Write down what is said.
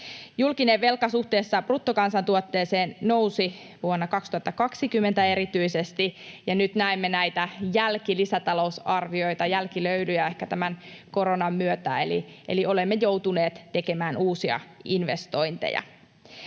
Julkinen velka suhteessa bruttokansantuotteeseen nousi vuonna 2020 erityisesti, ja nyt näemme näitä jälkilisätalousarvioita — jälkilöylyjä — ehkä tämän koronan myötä, eli olemme joutuneet tekemään uusia investointeja.